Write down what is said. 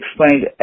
explained